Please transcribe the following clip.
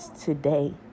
today